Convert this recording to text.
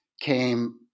came